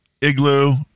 igloo